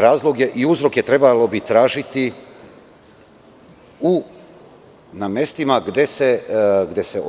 Razloge i uzroke trebalo bi tražiti na mestima gde se